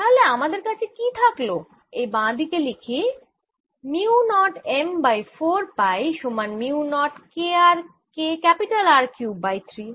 তাহলে আমাদের কাছে কি থাকল এই বাঁ দিকে লিখি মিউ নট m বাই 4 পাই সমান mu nought K R cube by 3